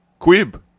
Quib